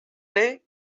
day